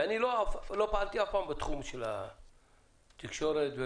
אני לא פעלתי אף פעם בתחום התקשורת או